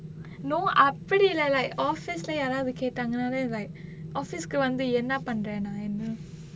no அப்படி இல்ல:appadi illa like office leh யாராவது கேட்டாங்கனா:yaaraavathu kettaanganaa then like office கு வந்து என்னா பண்றேனா என்ன:ku vanthu ennaa pandraenaa enna